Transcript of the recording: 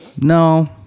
no